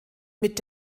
mit